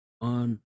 on